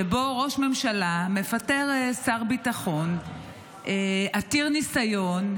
שבו ראש ממשלה מפטר שר ביטחון עתיר ניסיון,